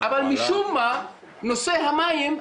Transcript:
אבל משום מה נושא המים,